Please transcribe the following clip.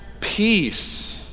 peace